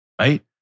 right